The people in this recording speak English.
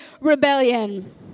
rebellion